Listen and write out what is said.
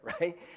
right